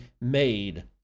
made